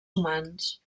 humans